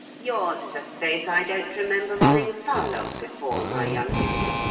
yours is a face i don't remember running foul of before, my young beauty.